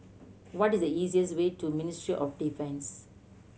what is the easiest way to Ministry of Defence